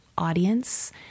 audience